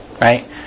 Right